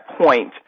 point